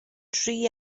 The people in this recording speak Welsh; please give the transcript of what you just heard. dri